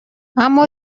اما